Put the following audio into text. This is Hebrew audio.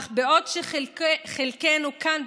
אך בעוד חלקנו כאן,